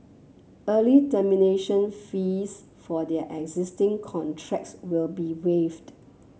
early termination fees for their existing contracts will be waived